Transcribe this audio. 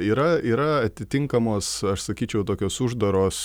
yra yra atitinkamos aš sakyčiau tokios uždaros